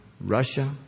Russia